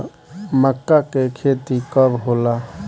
माका के खेती कब होला?